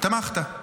תמכת.